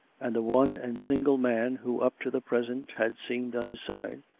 and the one and single man who up to the present had seemed on his side,